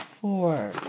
four